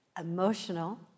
Emotional